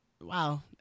Wow